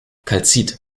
kalzit